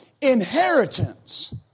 inheritance